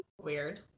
Weird